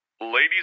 Ladies